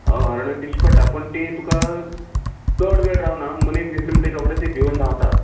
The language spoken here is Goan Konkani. हय हरणां दिश्टी पडटा पूण तीं तुका चड वेळ रावना मनीस दिसलो म्हणटरी रोखडींच तीं भिवून धावता